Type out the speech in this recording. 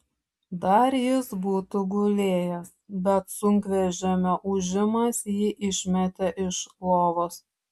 dar jis būtų gulėjęs bet sunkvežimio ūžimas jį išmetė iš lovos